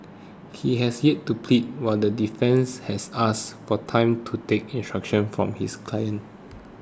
he has yet to plead while the defence has asked for time to take instructions from his client